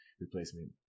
replacement